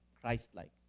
Christ-like